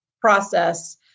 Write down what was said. process